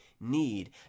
need